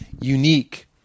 unique